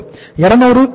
200 கூட்டல்